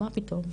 מה פתאום,